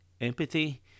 Empathy